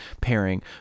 pairing